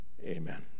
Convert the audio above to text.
amen